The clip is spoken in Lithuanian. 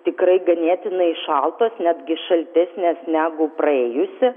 tikrai ganėtinai šaltos netgi šaltesnės negu praėjusi